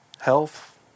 Health